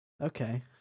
okay